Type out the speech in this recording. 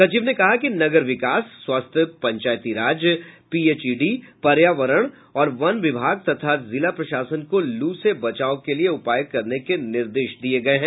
सचिव ने कहा कि नगर विकास स्वास्थ्य पंचायती राज पीएचईडी पर्यावरण और वन विभाग तथा जिला प्रशासन को लू से बचाव के लिए उपाय करने के निर्देश दिये गये हैं